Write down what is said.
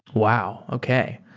wow! okay.